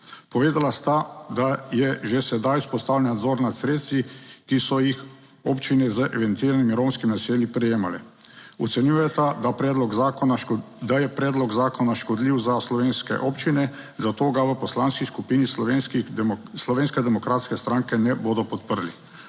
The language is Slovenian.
Povedala sta, da je že sedaj vzpostavljen nadzor nad sredstvi, ki so jih občine z eventualnimi romskimi naselji prejemale. Ocenjujeta, da predlog zakona, da je predlog zakona škodljiv za slovenske občine, zato ga v Poslanski skupini Slovenske demokratske stranke ne bodo podprli.